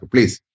Please